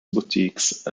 boutiques